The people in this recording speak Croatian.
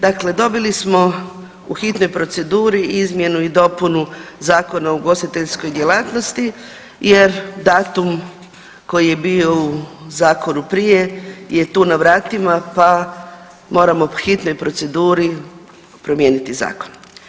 Dakle, dobili smo u hitnoj proceduri izmjenu i dopunu Zakona o ugostiteljskoj djelatnosti jer datum koji je bio u zakonu prije je tu na vratima, pa moramo u hitnoj proceduri promijeniti zakon.